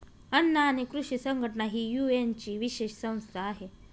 अन्न आणि कृषी संघटना ही युएनची विशेष संस्था आहे